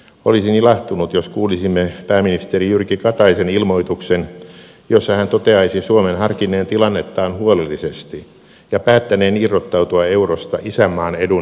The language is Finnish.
olisin ilahtunut jos kuulisimme pääministeri jyrki kataisen ilmoituksen jossa hän toteaisi suomen harkinneen tilannettaan huolellisesti ja päättäneen irrottautua eurosta isänmaan edun nimissä